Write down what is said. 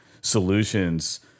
solutions